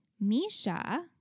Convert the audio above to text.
Misha